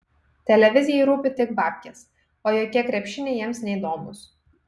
televizijai rūpi tik babkės o jokie krepšiniai jiems neįdomūs